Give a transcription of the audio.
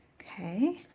okay,